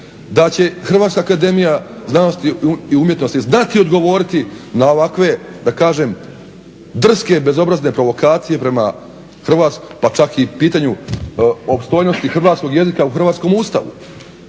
da će Hrvatska akademija znanosti i umjetnosti znati odgovoriti na ovakve da kažem drske i bezobrazne provokacije prema pa čak i pitanju opstojnosti hrvatskog jezika u hrvatskom Ustavu